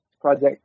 project